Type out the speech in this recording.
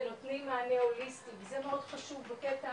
ונותנים מענה הוליסטי וזה מאוד חשוב בקטע